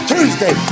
Tuesday